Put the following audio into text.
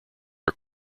are